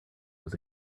was